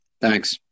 Thanks